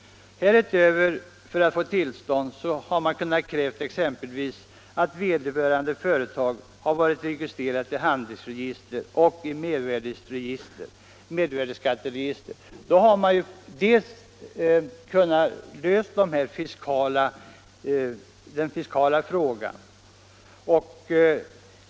Härutöver kunde man ha krävt exempelvis att vederbörande företag varit registrerat i handelsregistret och i mervärdeskatteregistret. Därigenom hade man kunnat lösa den fiskala frågan.